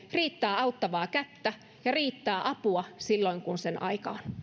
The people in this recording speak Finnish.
riittää auttavaa kättä ja riittää apua silloin kun sen aika on